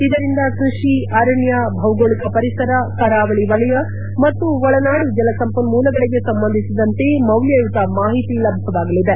ಇದರಿಂದ ಕೃಷಿ ಅರಣ್ಯ ಭೌಗೋಳಿಕ ಪರಿಸರ ಕರಾವಳಿ ವಲಯ ಮತ್ತು ಒಳನಾಡು ಜಲಸಂಪನ್ನೂಲಗಳಿಗೆ ಸಂಬಂಧಿಸಿದಂತೆ ಮೌಲ್ಯಯುತ ಮಾಹಿತಿ ಲಭ್ಞವಾಗಲಿದೆ